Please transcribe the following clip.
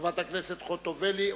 חברת הכנסת חוטובלי,